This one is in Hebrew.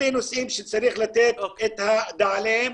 אלה הנושאים שצריך לתת את הדעת עליהם.